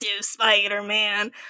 Spider-Man